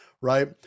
right